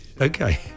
Okay